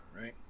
right